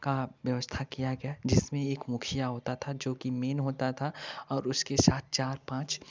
का व्यवस्था क्या गया जिसमें एक मुखिया होता था जो कि मेन होता था और उसके साथ चार पाँच